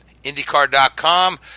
IndyCar.com